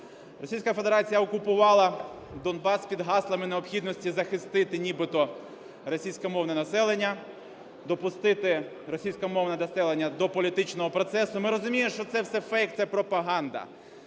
Російська Федерація окупувала Донбас під гаслами необхідності захистити нібито російськомовне населення, допустити російськомовне населення до політичного процесу. Ми розуміємо, що це все фейк, це пропаганда,